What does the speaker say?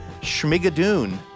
Schmigadoon